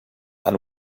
and